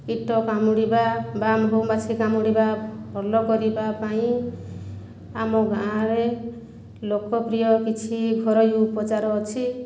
କୀଟ କାମୁଡ଼ିବା ବା ମହୁମାଛି କାମୁଡ଼ିବା ଭଲ କରିବା ପାଇଁ ଆମ ଗାଁରେ ଲୋକପ୍ରିୟ କିଛି ଘରୋଇ ଉପଚାର ଅଛି